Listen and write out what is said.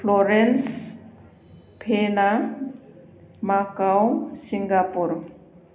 florence Vienna Macao Singapore